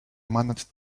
managed